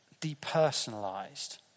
depersonalized